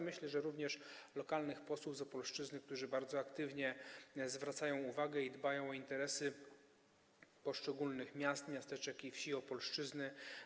Myślę, że również lokalnych posłów z Opolszczyzny, którzy aktywnie zwracają uwagę, dbają o interesy poszczególnych miast, miasteczek i wsi Opolszczyzny.